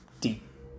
deep